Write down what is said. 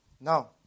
Now